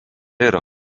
yra